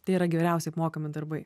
tai yra geriausiai apmokami darbai